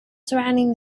surrounding